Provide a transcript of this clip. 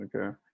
Okay